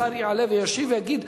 השר יעלה וישיב ויגיד.